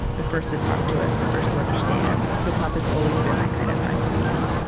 the first to talk to us, the first to understand. hip-hop has always been that kind of friend to me.